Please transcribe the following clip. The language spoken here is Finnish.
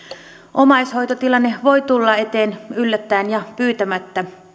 omaishoitotilanne voi tulla eteen yllättäen ja pyytämättä